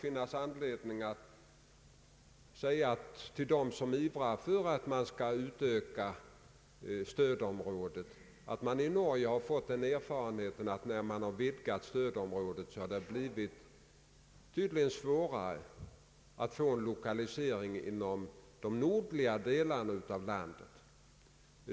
För dem som ivrar för att man skall utöka stödområdet finns det kanske anledning att framhålla att man i Norge har gjort den erfarenheten att det, sedan man har vidgat stödområdet, har blivit svårare att få lokalisering inom de nordligaste delarna av landet.